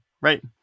right